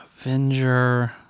Avenger